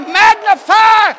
magnify